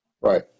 right